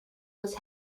was